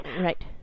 Right